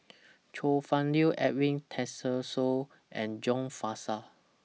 Chong Fah Cheong Edwin Tessensohn and John Fraser